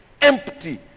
empty